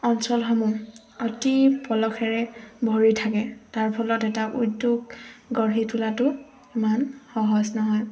অঞ্চলসমূহ অতি পলসেৰে ভৰি থাকে তাৰ ফলত এটা উদ্যোগ গঢ়ি তোলাটো ইমান সহজ নহয়